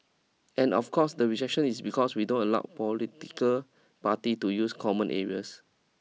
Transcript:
and of course the rejection is because we don't allow political parties to use common areas